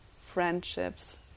friendships